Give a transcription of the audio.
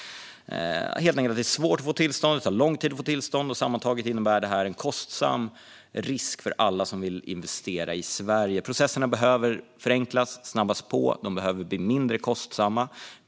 Det är svårt att få tillstånd, och det tar lång tid. Sammantaget innebär detta en kostsam risk för alla som vill investera i Sverige. Processerna behöver förenklas och snabbas på. De behöver bli mindre kostsamma.